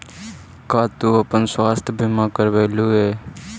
का तू अपन स्वास्थ्य बीमा करवलू हे?